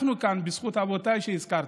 אנחנו כאן בזכות אבותיי שהזכרתי,